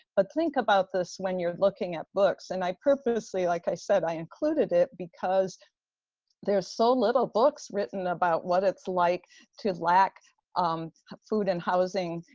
but think about this when you're looking at books and i purposely like i said, i included it because there's so little books written about what it's like to lack um food and housing,